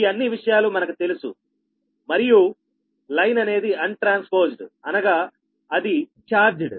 ఈ అన్ని విషయాలు మనకు తెలుసు మరియు లైన్ అనేది అన్ ట్రాన్స్పోజ్డ్ అనగా అది ఛార్జ్డ్